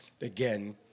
again